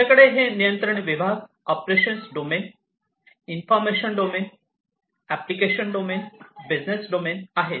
आमच्याकडे हे नियंत्रण विभाग operations domain information domain application domain आणि बिझनेस डोमेन आहे